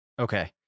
Okay